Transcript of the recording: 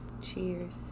Cheers